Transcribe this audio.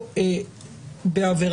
דבר נוסף שקרה זה תיקון 113 לחוק העונשין שבעצם